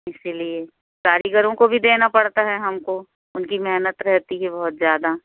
इसीलिए कारीगरों को भी देना पड़ता है हमको उनकी मेहनत रहती है बहुत ज़्यादा